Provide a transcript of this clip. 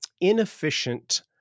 inefficient